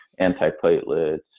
antiplatelets